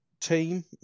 team